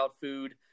food